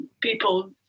people